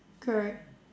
correct